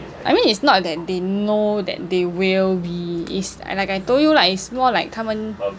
I mean it's not that they know that they will be it's like I told you lah it's more like 他们